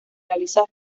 realizar